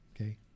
Okay